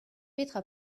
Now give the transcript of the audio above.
petra